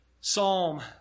Psalm